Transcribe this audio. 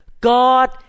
God